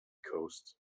coast